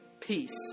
peace